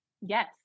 Yes